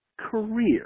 career